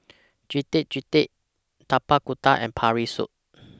Getuk Getuk Tapak Kuda and Pork Rib Soup